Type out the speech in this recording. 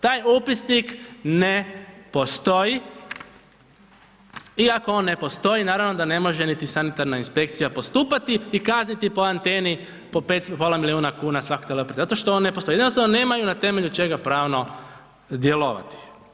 Taj upisnik ne postoji i ako on ne postoji, naravno da ne može niti sanitarna inspekcija postupati i kazniti po anteni po pola milijuna kuna svaki teleoperater, zato što on ne postoji, jednostavno nemaju na temelju čega pravno djelovati.